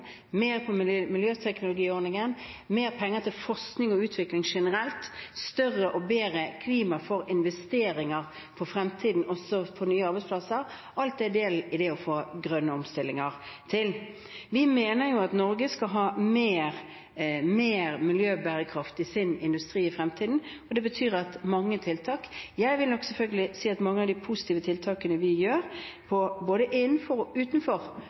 mer til miljøteknologiordningen, mer penger til forskning og utvikling generelt, større og bedre klima for investeringer for fremtiden, også i nye arbeidsplasser – alt dette – del i det å få til grønne omstillinger. Vi mener at Norge skal ha en mer miljøbærekraftig industri i fremtiden, og det betyr mange tiltak. Jeg vil selvfølgelig si at mange av de positive tiltakene vi gjør, både innenfor og utenfor